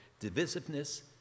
divisiveness